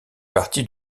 partie